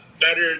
better